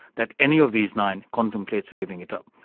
that any of these nine contemplates giving it up.